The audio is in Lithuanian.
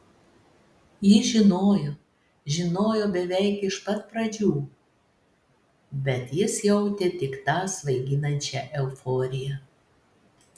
ji žinojo žinojo beveik iš pat pradžių bet jis jautė tik tą svaiginančią euforiją